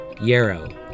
Yarrow